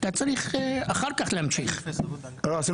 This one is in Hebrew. אחר כך אתה צריך להמשיך.